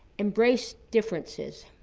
embrace differences,